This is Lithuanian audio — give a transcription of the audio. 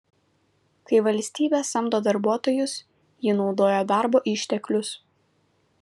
kai valstybė samdo darbuotojus ji naudoja darbo išteklius